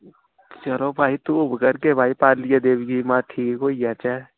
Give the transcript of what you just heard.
चलो भाई धूफ करगे भाई पारलियै देवियै मत ठीक होई जाचै